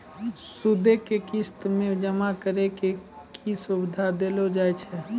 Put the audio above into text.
सूदो के किस्तो मे जमा करै के सुविधा देलो जाय छै